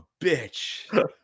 bitch